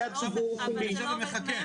סליחה, את